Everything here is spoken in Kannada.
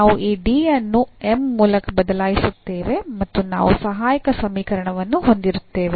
ನಾವು ಈ D ಅನ್ನು m ಮೂಲಕ ಬದಲಾಯಿಸುತ್ತೇವೆ ಮತ್ತು ನಾವು ಸಹಾಯಕ ಸಮೀಕರಣವನ್ನು ಹೊಂದಿರುತ್ತೇವೆ